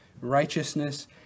righteousness